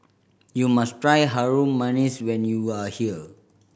you must try Harum Manis when you are here